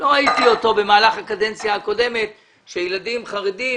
לא ראיתי אותו במהלך הקדנציה הקודמת כאשר ילדים חרדים